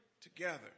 together